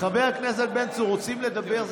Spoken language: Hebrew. חבר הכנסת בן צור, רוצים לדבר?